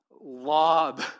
lob